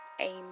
Amen